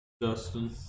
Dustin